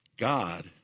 God